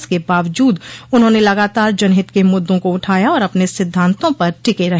इसके बावजूद उन्होंने लगातार जनहित के मुद्दों को उठाया और अपने सिद्धांतों पर टिके रहे